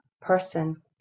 person